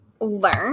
learn